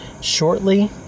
shortly